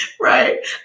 Right